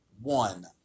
one